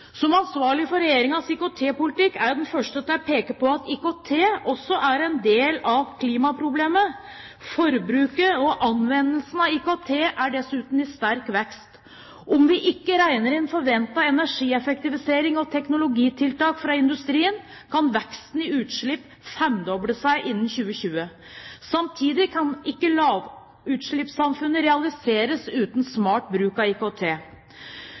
Som ansvarlig for Regjeringens IKT-politikk, er jeg den første til å peke på at IKT også er en del av klimaproblemet. Forbruket og anvendelsen av IKT er dessuten i sterk vekst. Om vi ikke regner inn forventet energieffektivisering og teknologitiltak fra industrien, kan veksten i utslipp bli femdoblet innen 2020. Samtidig kan ikke lavutslippssamfunnet realiseres uten smart bruk av IKT.